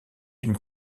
une